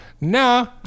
No